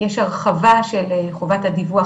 יש הרחבה של חובת הדיווח,